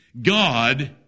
God